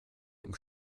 dem